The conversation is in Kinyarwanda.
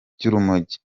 by’urumogi